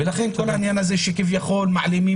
ולכן כל העניין הזה שכביכול מעלימים